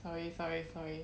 sorry sorry sorry